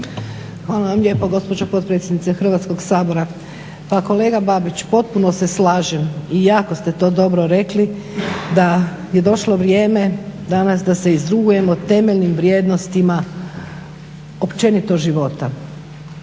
Hvala vam lijepa gospođo potpredsjednice Hrvatskog sabora. Pa kolega Babić potpuno se slažem i jako ste to dobro rekli da je došlo vrijeme danas da se izrugujemo temeljnim vrijednostima općenito života.